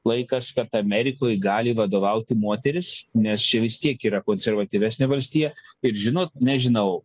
laikas kad amerikoj gali vadovauti moteris nes čia vis tiek yra konservatyvesnė valstija ir žinot nežinau